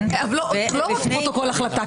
לא רק פרוטוקול החלטה.